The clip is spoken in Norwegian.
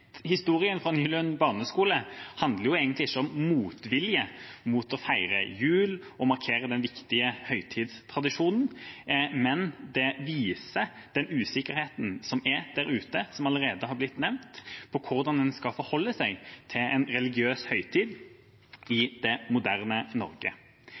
Historien fra Nylund barneskole handler egentlig ikke om motvilje mot å feire jul og markere den viktige høytidstradisjonen, men den viser den usikkerheten som er der ute, som allerede er blitt nevnt, når det gjelder hvordan en skal forholde seg til en religiøs høytid i det moderne Norge.